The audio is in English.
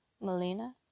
Melina